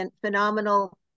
phenomenal